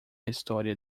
história